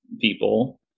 people